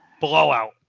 Blowout